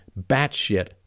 batshit